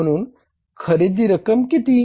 म्हणून खरेदी रक्कम किती